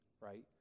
right